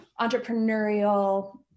entrepreneurial